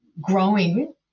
growing